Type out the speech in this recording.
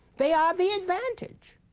they are the advantaged.